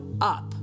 up